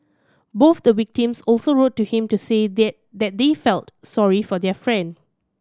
both the victims also wrote to him to say they that they felt sorry for their friend